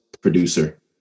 producer